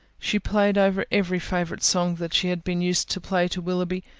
she played over every favourite song that she had been used to play to willoughby,